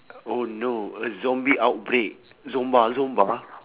oh no a zombie outbreak zomba zomba